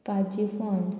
पाजीफोंड